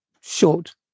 short